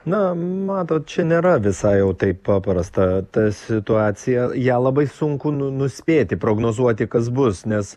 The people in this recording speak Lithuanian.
na matot čia nėra visai jau taip paprasta ta situacija ją labai sunku nu nuspėti prognozuoti kas bus nes